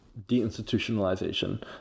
deinstitutionalization